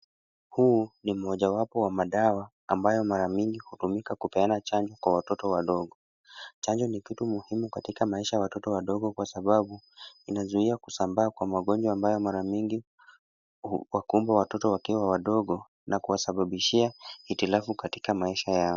Huu ni mmoja wapo wa madawa ambayo mara mingi hutumika kupeana chanjo kwa watoto wadogo. Chanjo ni kitu muhimu katika maisha ya watoto wadogo kwa sababu inazuia kusambaa kwa magonjwa ambayo mara mingi huwakumba watoto wakiwa wadogo na kuwasababishia hitilafu katika maisha yao.